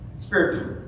Spiritual